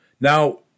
Now